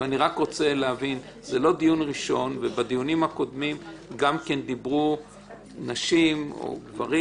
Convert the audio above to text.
זה לא דיון ראשון ובדיונים הקודמים דיברו נשים וגברים